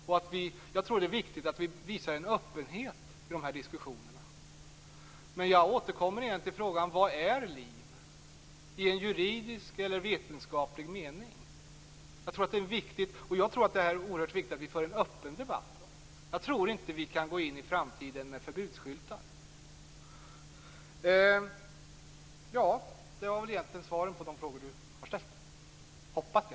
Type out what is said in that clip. Jag tror att det är viktigt att vi visar en öppenhet i de här diskussionerna. Jag återkommer till frågan: Vad är liv i en juridisk eller vetenskaplig mening? Jag tror att det är oerhört viktigt att vi för en öppen debatt. Jag tror inte att vi kan gå in i framtiden med förbudsskyltar. Jag hoppas att det var svaren på de frågor som